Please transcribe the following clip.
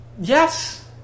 Yes